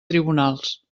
tribunals